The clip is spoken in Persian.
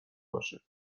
باشه